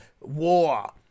war